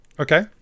Okay